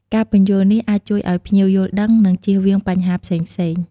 ការពន្យល់នេះអាចជួយឱ្យភ្ញៀវយល់ដឹង និងជៀសវាងបញ្ហាផ្សេងៗ។